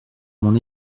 mon